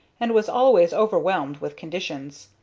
and was always overwhelmed with conditions.